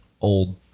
old